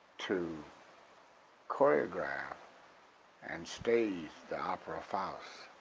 to choreograph and stage the opera faust